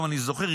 אני זוכר,